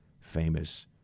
famous